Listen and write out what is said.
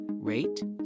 rate